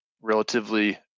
relatively